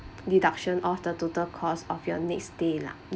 deduction of the total cost of your next stay lah